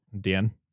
Dan